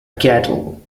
cattle